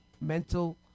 mental